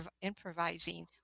improvising